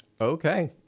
Okay